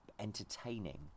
Entertaining